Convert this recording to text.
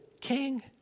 king